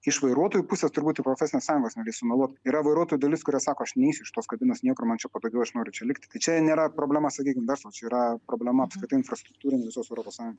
iš vairuotojų pusės turbūt ir profesinės sąjungos neleis sumeluot yra vairuotojų dalis kurie sako aš neisiu iš tos kabinos niekur man čia patogiau aš noriu čia likt tai čia nėra problema sakykim verslo čia yra problema apskritai infrastruktūrinė visos europos sąjun